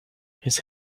his